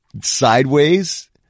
sideways